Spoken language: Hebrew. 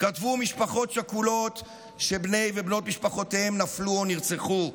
כתבו משפחות שכולות שבני ובנות משפחותיהם נפלו או נרצחו.